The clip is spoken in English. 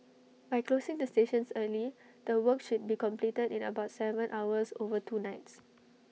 by closing the stations early the work should be completed in about Seven hours over two nights